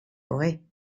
boy